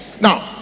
Now